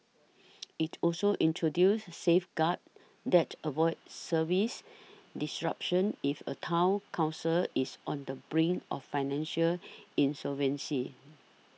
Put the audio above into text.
it also introduces safeguards that avoid service disruptions if a Town Council is on the brink of financial insolvency